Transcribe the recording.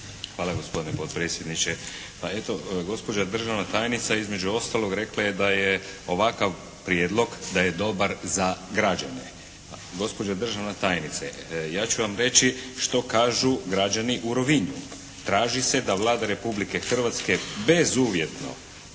Hvala gospodine potpredsjedniče. Pa eto gospođa državna tajnica između ostalog rekla je da je ovakav prijedlog da je dobar za građane. Gospođo državna tajnice ja ću vam reći što kažu građani u Rovinju. Traži se da Vlada Republike Hrvatske bezuvjetno